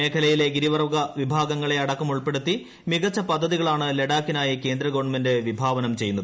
മേഖലയിലെ ഗിരിവർഗ വിഭാഗങ്ങളെ അടക്കം ഉൾപ്പെടുത്തി മികച്ച പദ്ധതികളാണ് ലഡാക്കിനായി കേന്ദ്ര ഗവൺമെന്റ് വിഭാവനം ചെയ്യുന്നത്